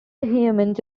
humans